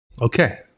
Okay